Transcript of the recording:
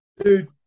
Dude